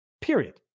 period